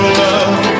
love